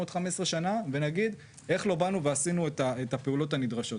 בעוד 15 שנים ונגיד איך לא באנו ועשינו את הפעולות הנדרשות.